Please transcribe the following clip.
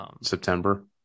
September